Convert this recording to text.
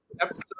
episode